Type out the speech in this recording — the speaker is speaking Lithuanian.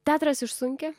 teatras išsunkia